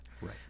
Right